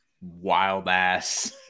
wild-ass